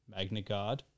MagnaGuard